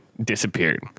Disappeared